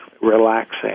relaxing